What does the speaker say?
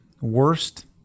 worst